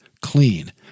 clean